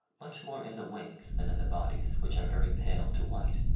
much more in the wings than in the bodies, which are very pale to white.